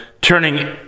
turning